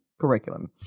curriculum